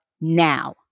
now